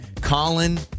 Colin